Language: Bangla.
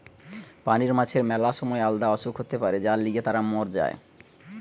পানির মাছের ম্যালা সময় আলদা অসুখ হতে পারে যার লিগে তারা মোর যায়